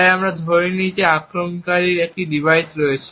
তাই আমরা ধরে নিই যে আক্রমণকারীর একটি ডিভাইস রয়েছে